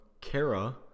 Kara